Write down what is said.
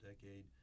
decade